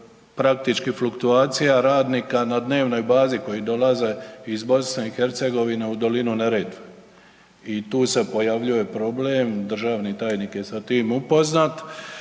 praktički fluktuacija radnika na dnevnoj bazi koji dolaze iz BiH-a u dolinu Neretve i tu se pojavljuje problem, državni tajnik je sa tim upoznat,